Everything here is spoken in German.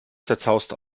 zerzaust